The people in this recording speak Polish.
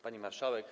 Pani Marszałek!